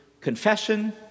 confession